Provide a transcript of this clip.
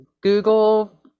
google